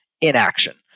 inaction